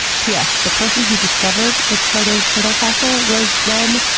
p s. the person who discovered the proto-turtle fossil was then,